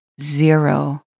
zero